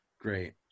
great